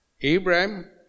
Abraham